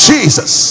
Jesus